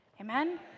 Amen